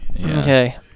okay